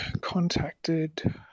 contacted